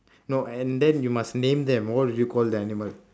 no and then you must name them what would you call the animal